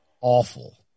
awful